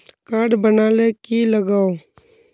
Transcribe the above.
Card बना ले की लगाव?